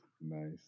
Nice